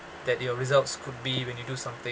that your results could be when you do something